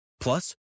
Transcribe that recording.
Plus